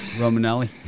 Romanelli